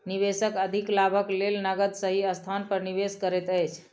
निवेशक अधिक लाभक लेल नकद सही स्थान पर निवेश करैत अछि